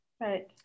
Right